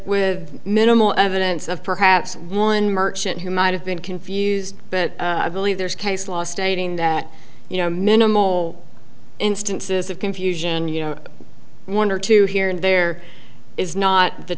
with minimal evidence of perhaps one merchant who might have been confused but i believe there's case law stating that you know minimal instances of confusion you know one or two here and there is not the